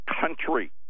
country